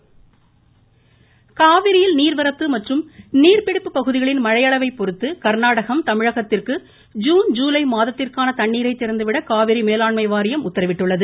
காவிரி காவிரியில் நீர்வரத்து மற்றும் நீர்பிடிப்பு பகுதிகளின் மழையளவை பொறுத்து கர்நாடகம் தமிழகத்திற்கு ஜீன் ஜீலை மாதத்திற்கான தண்ணீரை திறந்துவிட காவிரி மேலாண்மை வாரியம் உத்தரவிட்டுள்ளது